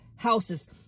houses